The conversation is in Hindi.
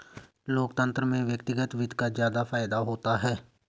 लोकतन्त्र में व्यक्तिगत वित्त का ज्यादा फायदा होता है